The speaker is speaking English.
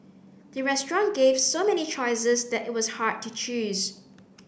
the restaurant gave so many choices that it was hard to choose